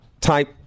type